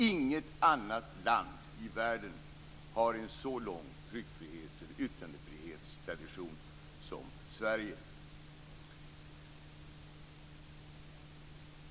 Inget annat land i världen har en så lång yttrandefrihetstradition som Sverige.